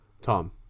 Tom